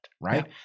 Right